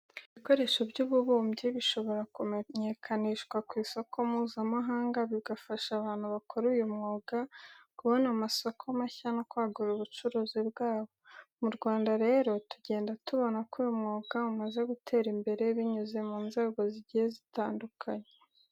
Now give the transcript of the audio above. Ibikoresho by'ububumbyi bishobora kumenyekanishwa ku isoko mpuzamahanga, bigafasha abantu bakora uyu mwuga kubona amasoko mashya no kwagura ubucuruzi bwabo. Mu Rwanda rero tugenda tubona ko uyu mwuga umaze gutera imbere binyuze mu nzego zigiye zitandukanye.